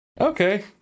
Okay